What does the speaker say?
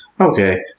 Okay